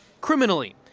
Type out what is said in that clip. criminally